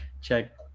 check